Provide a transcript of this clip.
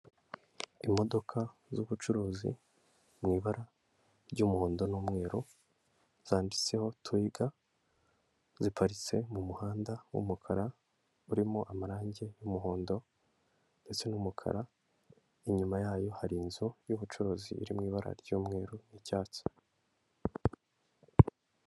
Imodoka z'ubucuruzi mu ibara ry'umuhondo n'umweru zanditseho twiga, ziparitse mu muhanda w'umukara urimo amarangi y'umuhondo, ndetse n'umukara. Inyuma yayo hari inzu y'ubucuruzi iri mu ibara ry'umweru n'icyatsi.